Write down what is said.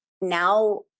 now